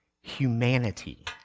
humanity